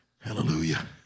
Hallelujah